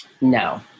No